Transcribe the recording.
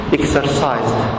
exercised